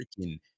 freaking